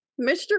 Mr